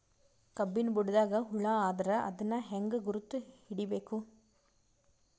ಕಬ್ಬಿನ್ ಬುಡದಾಗ ಹುಳ ಆದರ ಅದನ್ ಹೆಂಗ್ ಗುರುತ ಹಿಡಿಬೇಕ?